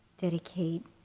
dedicate